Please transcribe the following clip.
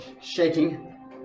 shaking